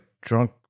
drunk